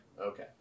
Okay